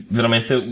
veramente